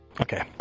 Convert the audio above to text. Okay